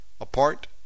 apart